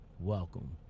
welcome